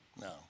no